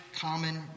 common